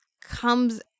comes